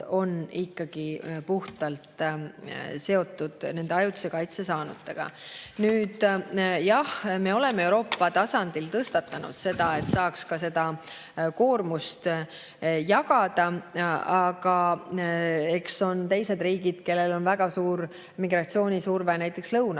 on ikkagi puhtalt seotud nende ajutise kaitse saanutega. Jah, me oleme Euroopa tasandil tõstatanud selle, et saaks seda koormust jagada. Aga on teised riigid, kellel on väga suur migratsioonisurve näiteks lõuna